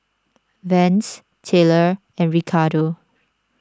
Vance Taylor and Ricardo